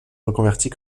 reconvertit